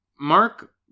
Mark